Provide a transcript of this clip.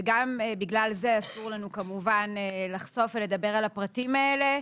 וגם בגלל זה אסור לנו כמובן לחשוף ולדבר על הפרטים האלה.